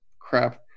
Crap